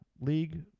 League